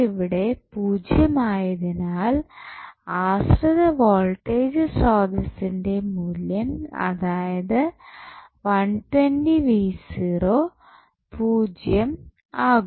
ഇവിടെ പൂജ്യം ആയതിനാൽ ആശ്രിത വോൾടേജ് സ്രോതസ്സിന്റെ മൂല്യം അതായത് 120 0 ആകും